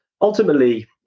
Ultimately